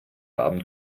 abend